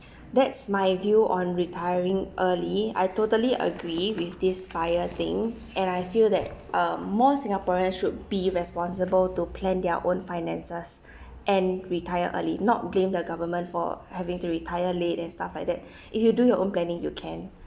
that's my view on retiring early I totally agree with this FIRE thing and I feel that um more singaporean should be responsible to plan their own finances and retire early not blame the government for having to retire late and stuff like that if you do your own planning you can